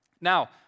Now